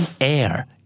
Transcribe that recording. air